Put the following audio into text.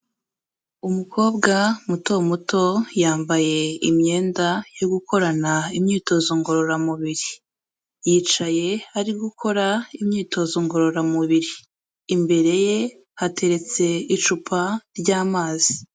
Umukobwa muto muto yambaye imyenda yo gukorana imyitozo ngororamubiri, yicaye arimo gukora imyitozo ngororamubiri, imbere ye hateretse icupa ry'amazi.